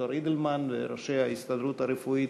ד"ר אידלמן וראשי ההסתדרות הרפואית,